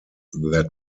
that